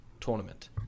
tournament